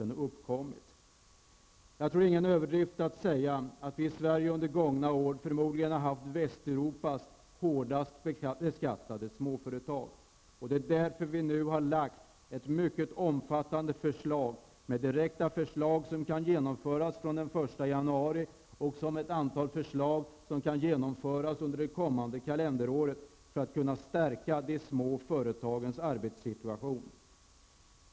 Jag tror inte att det är någon överdrift att säga att vi i Sverige under de gångna åren förmodligen har haft Västeuropas hårdast beskattade småföretag. Det är därför vi nu har lagt fram ett mycket omfattande förslag med direkta förslag som kan genomföras från den 1 januari samt ett antal förslag som kan genomföras under det kommande kalenderåret för att stärka de små företagens arbetssituation.